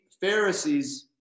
Pharisees